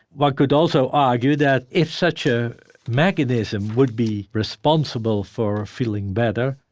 one could also argue that if such a mechanism would be responsible for feeling better,